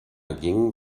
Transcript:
ging